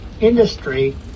industry